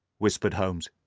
whispered holmes.